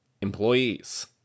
employees